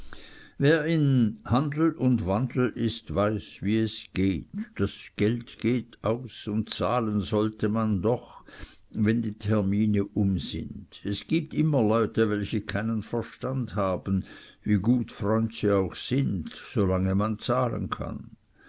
wer in handel und wandel ist weiß wie es geht das geld geht aus und zahlen sollte man doch wenn die termine um sind es gibt immer leute welche keinen verstand haben wie gut freund sie auch sind solange man zahlen kann